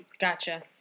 Gotcha